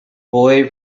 boy